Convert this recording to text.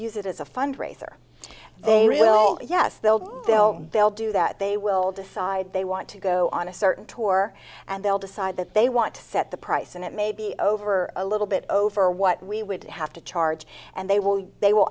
use it as a fundraiser they really well yes they'll film they'll do that they will decide they want to go on a certain tour and they'll decide that they want to set the price and it may be over a little bit over what we would have to charge and they will they will